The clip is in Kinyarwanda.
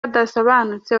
adasobanutse